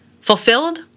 fulfilled